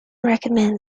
recommend